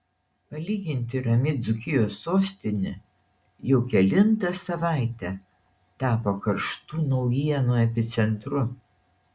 palyginti rami dzūkijos sostinė jau kelintą savaitę tapo karštų naujienų epicentru